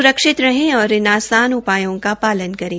स्रक्षित रहें और इन आसान उपायों का पालन करें